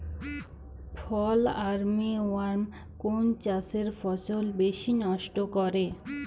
ফল armyworm কোন চাষের ফসল বেশি নষ্ট করে?